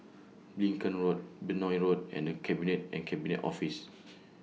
Lincoln Road Benoi Road and The Cabinet and Cabinet Office